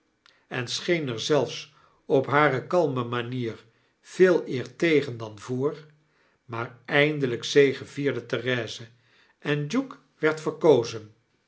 en scheen er zelfs op hare kalme manierveeleer tegen dan voor maar eindelyk zegevierde therese en duke werd verkozen